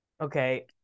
Okay